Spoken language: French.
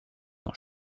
dans